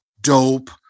dope